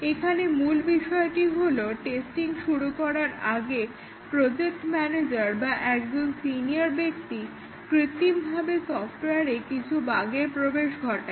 এখানে মূল বিষয়টি হলো টেস্টিং শুরু হওয়ার আগে প্রজেক্ট ম্যানেজার বা একজন সিনিয়র ব্যক্তি কৃত্রিমভাবে সফটওয়ারে কিছু বাগের প্রবেশ ঘটায়